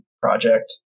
project